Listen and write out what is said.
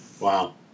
Wow